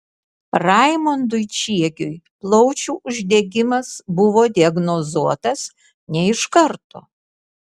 raimondui čiegiui plaučių uždegimas buvo diagnozuotas ne iš karto